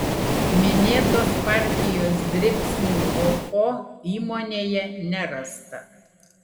minėtos partijos dribsnių oho įmonėje nerasta